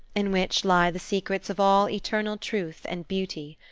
in which lie the secrets of all eternal truth and beauty.